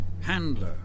handler